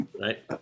right